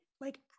like-